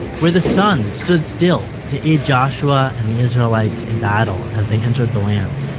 where the sun stood still to aid joshua and the israelites in battle as they entered the land.